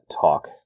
talk